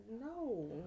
No